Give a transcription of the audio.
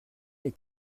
est